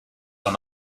are